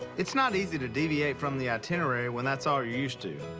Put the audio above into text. it's not easy to deviate from the itinerary when that's all you're used to.